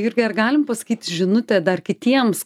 jurgi ar galim pasakyt žinutę dar kitiems